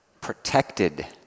protected